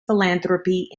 philanthropy